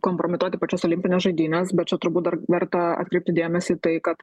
kompromituoti pačias olimpines žaidynes bet čia turbūt dar verta atkreipti dėmesį į tai kad